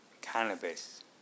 cannabis